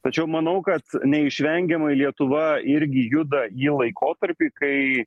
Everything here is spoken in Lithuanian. tačiau manau kad neišvengiamai lietuva irgi juda į laikotarpį kai